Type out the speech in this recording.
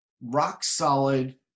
rock-solid